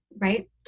right